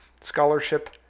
scholarship